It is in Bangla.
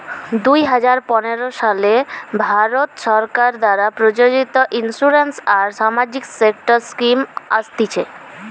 দুই হাজার পনের সালে ভারত সরকার দ্বারা প্রযোজিত ইন্সুরেন্স আর সামাজিক সেক্টর স্কিম আসতিছে